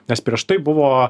nes prieš tai buvo